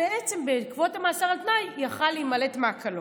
ובעקבות המאסר על תנאי הוא יכול להימלט מהקלון.